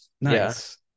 nice